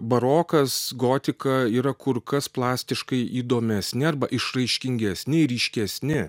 barokas gotika yra kur kas plastiškai įdomesni arba išraiškingesni ryškesni